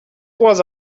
trois